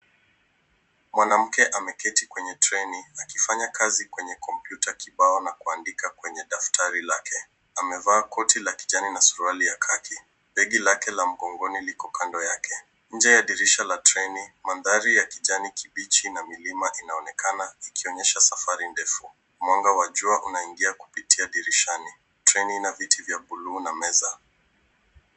Mwanamke ameketi kwenye treni akifanya kazi kwenye kompyuta kibao na kuandika kwenye daftari lake. Amevaa koti la kijani na suruali ya kaki. Begi lake la mgongoni liko kando yake. Nje ya dirisha la treni mandhari ya kijani kibichi na milima inaonekana ikionyesha safari ndefu. Mwanga wa jua unaingia kupitia dirishani. Treni ina viti vya bluu na meza.